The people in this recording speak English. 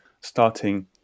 starting